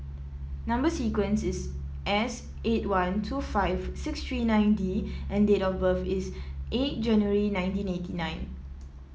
number sequence is S eight one two five six three nine D and date of birth is eight January nineteen eighty nine